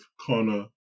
connor